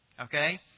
Okay